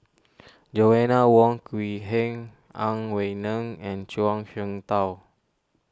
Joanna Wong Quee Heng Ang Wei Neng and Zhuang Shengtao